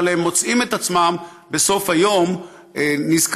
אבל הם מוצאים את עצמם בסוף היום נזקקים,